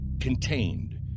contained